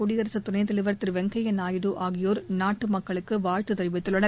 குடியரசு துணைத் தலைவர் திரு வெங்கய்ய நாயுடு ஆகியோர் நாட்டு மக்களுக்கு வாழ்த்து தெரிவித்துள்ளனர்